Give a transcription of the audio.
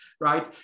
right